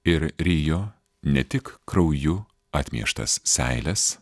ir rijo ne tik krauju atmieštas seiles